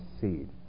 seed